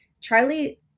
Charlie